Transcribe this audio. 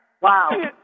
Wow